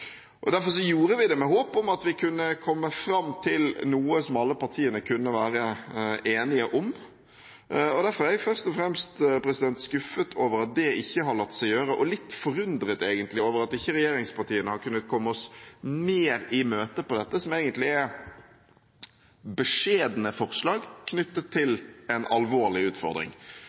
gjorde vi det med håp om at vi kunne komme fram til noe som alle partiene kunne være enige om. Derfor er jeg først og fremst skuffet over at det ikke har latt seg gjøre, og litt forundret egentlig over at regjeringspartiene ikke har kunnet komme oss mer i møte på dette som egentlig er beskjedne forslag knyttet